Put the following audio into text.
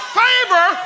favor